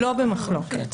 לא במחלוקת.